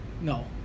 no